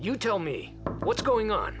you tell me what's going on